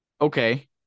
Okay